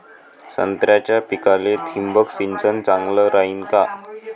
संत्र्याच्या पिकाले थिंबक सिंचन चांगलं रायीन का?